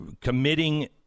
committing